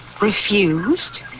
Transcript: Refused